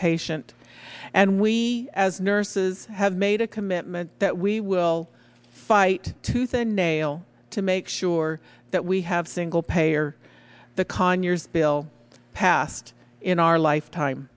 patient and we as nurses have made a commitment that we will fight tooth and nail to make sure that we have single payer the conyers bill passed in our lifetime